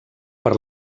per